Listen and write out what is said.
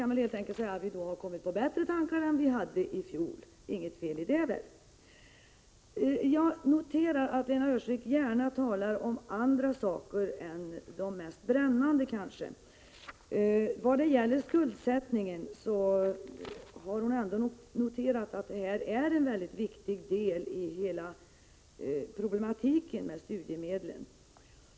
Vi har helt enkelt kommit på bättre tankar än vi hade i fjol. Inget fel i det, väl? Jag noterar att Lena Öhrsvik gärna talar om andra saker än de mest brännande. Hon har ändå noterat att skuldsättningen är en mycket viktig del av problematiken med studiemedlen.